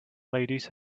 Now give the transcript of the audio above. ladies